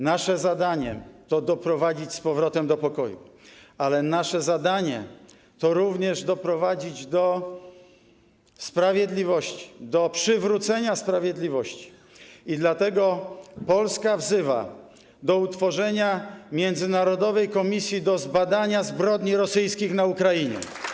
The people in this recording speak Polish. Nasze zadanie to doprowadzić z powrotem do pokoju, ale nasze zadanie to również doprowadzić do sprawiedliwości, do przywrócenia sprawiedliwości i dlatego Polska wzywa do utworzenia międzynarodowej komisji do zbadania zbrodni rosyjskich na Ukrainie.